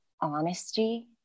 honesty